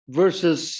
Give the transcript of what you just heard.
versus